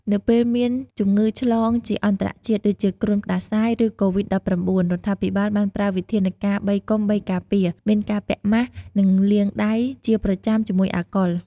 នៅពេលមានជំងឺឆ្លងជាអន្តរជាតិដូចជាគ្រុនផ្ដាសាយ ឬកូវីដ១៩ រដ្ឋាភិបាលបានប្រើវិធានការ ៣កុំ ៣ការពារ មានការពាក់ម៉ាស់ និងលាយដៃជាប្រចាំជាមួយអាល់កុល។